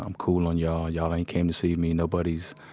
um cool on y'all. y'all ain't came to see me. nobody's